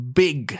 big